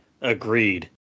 agreed